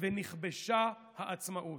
ונכבשה העצמאות",